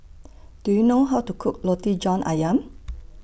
Do YOU know How to Cook Roti John Ayam